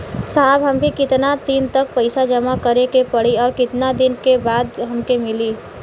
साहब हमके कितना दिन तक पैसा जमा करे के पड़ी और कितना दिन बाद हमके मिली?